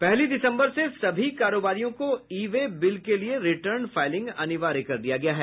पहली दिसम्बर से सभी कारोबारियों को ई वे बिल के लिए रिटर्न फायलिंग अनिवार्य कर दिया गया है